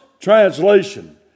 translation